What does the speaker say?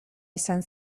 izan